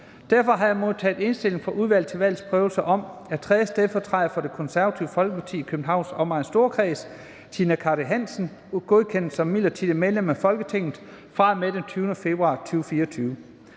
Derfor har jeg modtaget indstilling fra Udvalget til Valgs Prøvelse om, at 3. stedfortræder for Det Konservative Folkeparti i Københavns Omegns Storkreds, Tina Cartey Hansen, godkendes som midlertidigt medlem af Folketinget fra og med den 20. februar 2024.